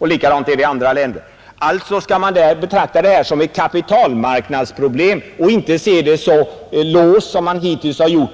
Likadant är det i andra länder, Alltså skall man betrakta detta som ett kapitalmarknadsproblem och inte se det så låst som man hittills gjort.